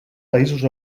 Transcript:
països